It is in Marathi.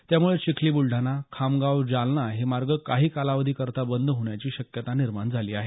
यामुळे चिखली बुलडाणा खामगाव जालना हे मार्ग काही कालावधी करता बंद होण्याची शक्यता निर्माण झाली आहे